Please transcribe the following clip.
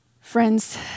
Friends